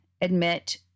admit